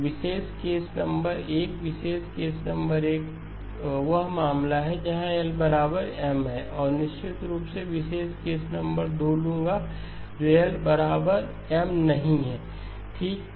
तो विशेष case number 1 विशेष केस नंबर 1 वह मामला है जहां L M है और निश्चित रूप से मैं विशेष केस नंबर 2 ले लूंगा जो L≠M है ठीक